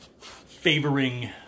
favoring